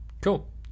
cool